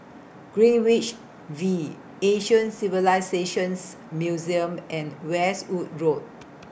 Greenwich V Asian Civilisations Museum and Westwood Road